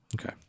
okay